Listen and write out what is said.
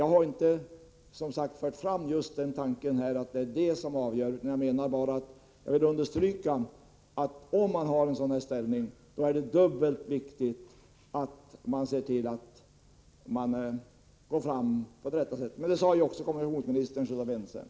Jag har, som sagt, inte fört fram tanken att det är monopolställningen som är avgörande i det här sammanhanget, men jag vill understryka att det är dubbelt viktigt att man handlar korrekt om man har en monopolställning — det framhöll ju också kommunikationsministern, så i den frågan är vi ense.